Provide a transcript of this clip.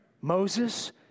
Moses